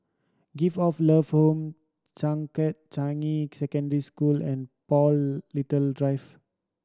Gift of Love Home Changkat Changi Secondary School and Paul Little Drive